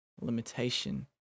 limitation